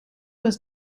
was